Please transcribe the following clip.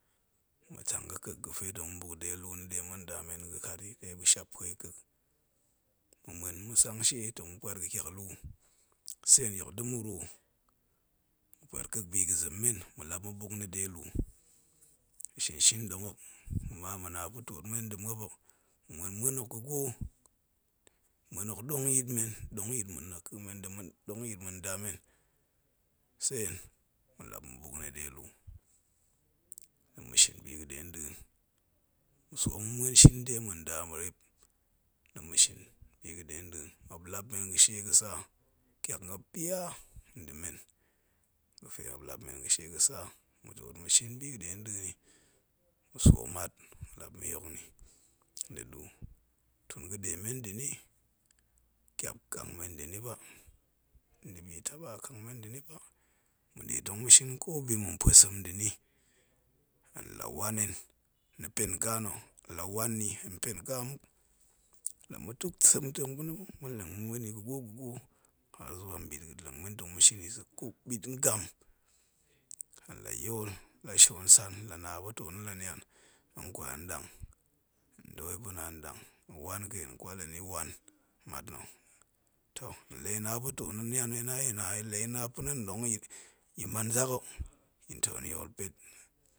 Ma̱ tang ga̱ kek, ga̱fe tong ma̱ buk de luu nni ɗe ma̱ ndamen ga̱ kat i, ɗe muop ga̱ shiap pue i kak, ma̱ muen ma̱ sang she tong ma̱ puat ga̱ tiak luu jen yok da̱ ma̱ rwo, ma̱ puat kek bi ga̱ zem men na̱, ma̱ lap ma̱ buk ni de lu'u ma̱ na pa̱ tuot men nda̱ muop, ma̱ muen muen hok ga̱ gwo, muen hok ɗong yitmen dong nyit ma̱ naka̱ men nda̱ ma̱ nang, dong yit ma̱ ndamen, sen ma̱ lap ma̱ buk ni de luu, da̱ ma̱ shin bi ga̱ ɗen nɗa̱a̱n ma̱ swo ma̱ muen shin de ma̱ nda rep da ma̱ shin bi ga̱ denda̱a̱n, muop lap men ga̱she ga̱ sa, tiak muop pia nda̱ men, ga̱fe muop lapmen ga̱she ga̱sa ma̱ tuot ma̱ shiw biga̱ ɗennda̱a̱n ni, ma̱ swo mat ma̱ lap ma̱ yokni da̱ du, toh, ga̱ demmen nda̱ni, tiap kang men nda̱ ni ba, nda̱bi taba kang men nda̱ ni ba, ma̱ndɗe tong ma̱ shin ko bi ma̱ npuesem nda̱ni na wan hen ni pen ka na̱, la wanni hen pen ka muk, la̱ ma̱ tuksem pa̱na̱ ma̱ leng i ma̱ muen i ga̱ gwo ga̱ gwo, har zuwa bit ngam, hen la̱ yol la̱ shionsan la na pa̱ too na̱ la̱ nian tong kwal yin ndang? Tong kut yin ga̱ pa̱pluu na̱ andang ɗen hen kwal i hen ni wan, toh la̱ ga̱ na pa̱ too na̱ la̱ nian ya̱ man zak hok yin toh hen yol pet nde.